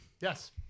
Yes